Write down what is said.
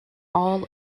all